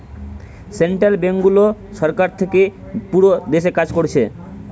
central ব্যাংকগুলো সরকার থিকে পুরো দেশে কাজ কোরছে